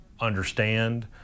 understand